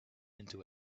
into